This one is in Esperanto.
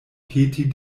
peti